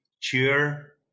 cheer